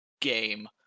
game